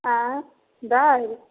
अँए दालि